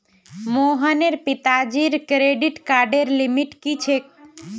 मोहनेर पिताजीर क्रेडिट कार्डर लिमिट की छेक